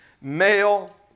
male